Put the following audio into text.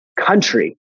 country